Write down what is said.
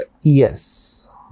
Yes